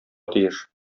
тиеш